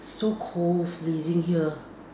so cold freezing here